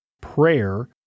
prayer